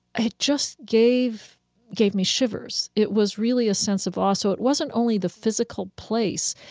ah it just gave gave me shivers. it was really a sense of awe. so it wasn't only the physical place.